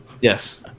Yes